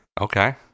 Okay